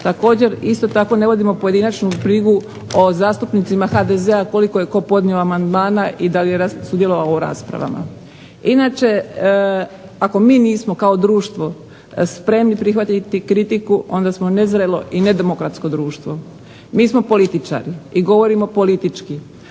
Također isto tako ne vodimo pojedinačnu brigu o zastupnicima HDZ-a koliko je tko podnio amandmana i da li je sudjelovao u raspravama. Inače ako mi nismo kao društvo spremni prihvatiti kritiku, onda smo nezrelo i nedemokratsko društvo. Mi smo političari i govorimo politički,